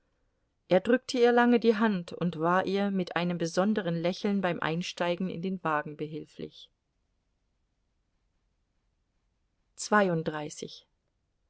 er drückte ihr lange die hand und war ihr mit einem besonderen lächeln beim einsteigen in den wagen behilflich